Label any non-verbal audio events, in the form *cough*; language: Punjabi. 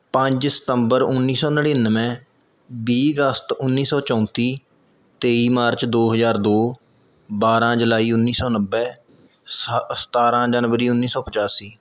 ਪੰਜ ਸਤੰਬਰ ਉੱਨੀ ਸੌ ਨੜਿਨਵੇਂ ਵੀਹ ਅਗਸਤ ਉੱਨੀ ਸੌ ਚੌਂਤੀ ਤੇਈ ਮਾਰਚ ਦੋ ਹਜ਼ਾਰ ਦੋ ਬਾਰਾਂ ਜੁਲਾਈ ਉੱਨੀ ਸੌ ਨੱਬੇ *unintelligible* ਸਤਾਰਾਂ ਜਨਵਰੀ ਉੱਨੀ ਸੌ ਪਚਾਸੀ